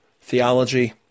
theology